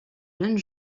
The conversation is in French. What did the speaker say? jeunes